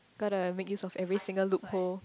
gotta make use of every single loophole